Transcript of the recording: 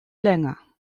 länger